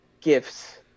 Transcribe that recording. gifts